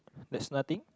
there's nothing